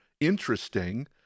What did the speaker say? interesting